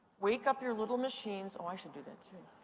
wake up your little machines. oh, i should do that, too.